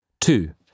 Two